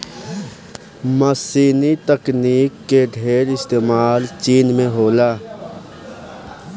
मशीनी तकनीक के ढेर इस्तेमाल चीन में होला